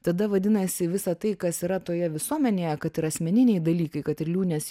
tada vadinasi visa tai kas yra toje visuomenėje kad ir asmeniniai dalykai kad ir liūnės